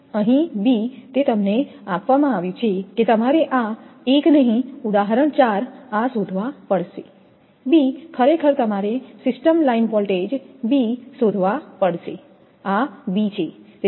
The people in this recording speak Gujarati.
અહીં b તે તમને આપવામાં આવ્યું છે કે તમારે આ એક નહીં ઉદાહરણ 4આ શોધવા પડશે b ખરેખર તમારે સિસ્ટમ લાઇન વોલ્ટેજ b શોધવા પડશે આ b છે